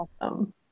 awesome